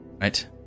Right